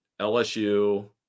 LSU